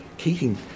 Keating